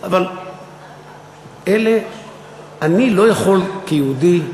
אבל אני לא יכול כיהודי,